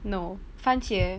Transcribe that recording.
no 番茄